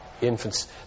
infants